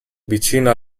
vicino